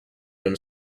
and